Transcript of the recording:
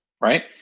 Right